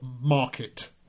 market